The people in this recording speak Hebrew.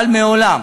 אבל מעולם,